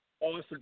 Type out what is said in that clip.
awesome